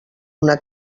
una